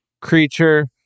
creature